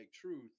truth